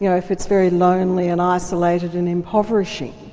you know if it's very lonely and isolated and impoverishing,